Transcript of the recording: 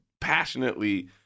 passionately